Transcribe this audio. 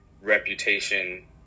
reputation